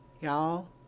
y'all